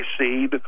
seed